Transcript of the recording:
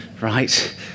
right